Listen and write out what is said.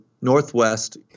Northwest